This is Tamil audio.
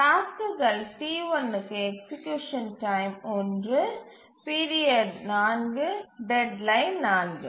டாஸ்க்குகள் T1 க்கு எக்சீக்யூசன் டைம் 1 பீரியட் 4 டெட்லைன் 4